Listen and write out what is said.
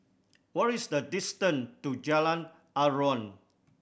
what is the distant to Jalan Aruan